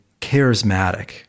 charismatic